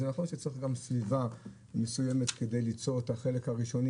וזה גם נכון שצריך סביבה מסוימת כדי ליצור את החלק הראשוני,